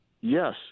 Yes